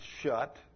shut